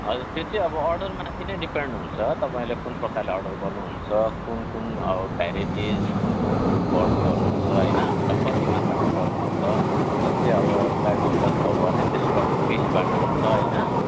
हजुर त्यो चाहिँ अब अर्डर माथि नै डिपेन्ड हुन्छ तपाईँले कुन प्रकारले अर्डर गर्नुहुन्छ कुन कुन अब भेराइटिस कुन कुन फुलको अर्डर गर्नुहुन्छ होइन र कति मात्रामा गर्नुहुन्छ होइन जस्तै अब ग्लाडियोलस हो भने त्यसको अब पिसबाट हुन्छ होइन